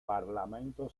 parlamento